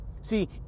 See